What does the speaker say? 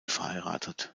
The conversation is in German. verheiratet